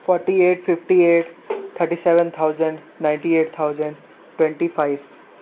forty eight fifty eight thirty seven thousand ninety eight thousand twenty five